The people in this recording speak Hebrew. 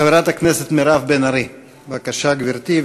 חברת הכנסת מירב בן ארי, בבקשה, גברתי.